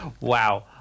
wow